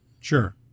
Sure